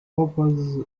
oppose